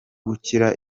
gukira